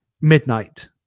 Midnight